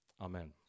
Amen